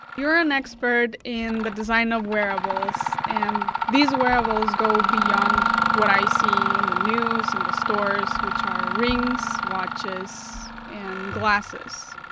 you're an expert in the design of wearables, and these wearables go beyond what i see in the news, in the stores, which are rings, watches, and glasses.